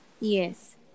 Yes